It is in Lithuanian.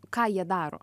ką jie daro